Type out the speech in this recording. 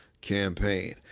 campaign